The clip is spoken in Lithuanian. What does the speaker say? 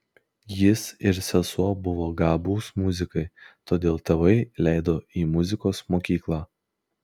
jis ir sesuo buvo gabūs muzikai todėl tėvai leido į muzikos mokyklą